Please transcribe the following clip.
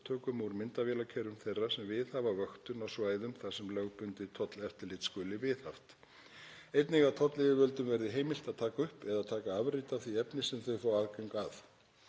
upptökum úr myndavélakerfum þeirra sem viðhafa vöktun á svæðum þar sem lögbundið tolleftirlit skuli viðhaft. Einnig að tollyfirvöldum verði heimilt að taka upp eða taka afrit af því efni sem þau fá aðgang að.